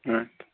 آ